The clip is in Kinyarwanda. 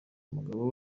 umugabo